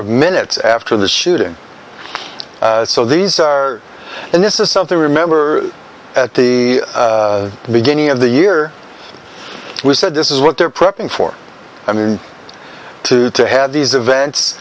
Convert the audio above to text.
of minutes after the shooting so these are and this is something i remember at the beginning of the year we said this is what they're prepping for i mean to to have these events